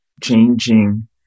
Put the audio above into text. changing